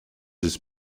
his